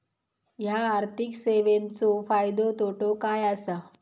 हया आर्थिक सेवेंचो फायदो तोटो काय आसा?